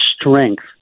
strength